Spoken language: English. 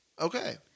Okay